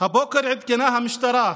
הבוקר עדכנה המשטרה: